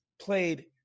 played